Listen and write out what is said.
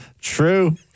True